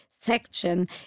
section